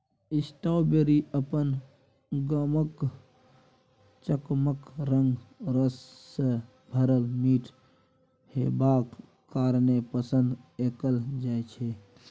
strawberry अपन गमक, चकमक रंग, रस सँ भरल मीठ हेबाक कारणेँ पसंद कएल जाइ छै